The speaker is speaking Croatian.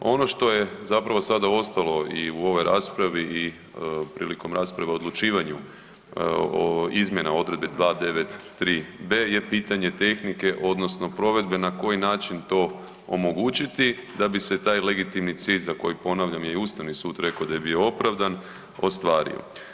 Ono što je zapravo sada ostalo i u ovoj raspravi i prilikom rasprave o odlučivanju o izmjena odredbe 293.b je pitanje tehnike, odnosno provedbe na koji način to omogućiti da bi se taj legitimni cilj, za koji ponavljam, je i Ustavni sud rekao da je bio opravdan, ostvario.